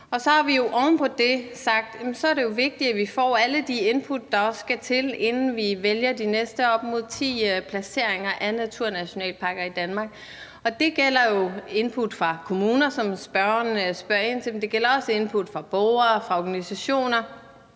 Så har vi oven på det sagt, at det er vigtigt, at vi får alle de input, der også skal til, inden vi vælger de næste op mod ti placeringer af naturnationalparker i Danmark. Det gælder input fra kommuner, som spørgeren spørger ind til, men det gælder også input fra borgere og organisationer,